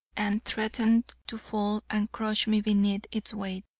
and threatened to fall and crush me beneath its weight.